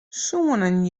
soenen